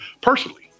personally